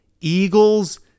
Eagles